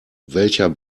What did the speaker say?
welcher